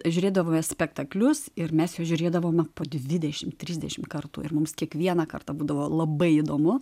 žiūrėdavome spektaklius ir mes juos žiūrėdavome po dvidešim trisdešim kartų ir mums kiekvieną kartą būdavo labai įdomu